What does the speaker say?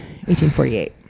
1848